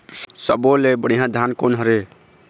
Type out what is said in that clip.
सब्बो ले बढ़िया धान कोन हर हे?